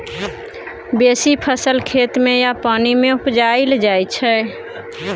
बेसी फसल खेत मे या पानि मे उपजाएल जाइ छै